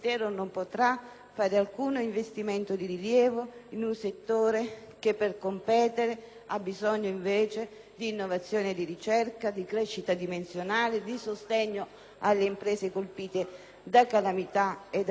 fare alcun investimento di rilievo in un settore che per competere ha bisogno invece di innovazione e di ricerca, di crescita dimensionale, di sostegno alle imprese colpite da calamità e da crisi di mercato.